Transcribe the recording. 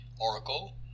oracle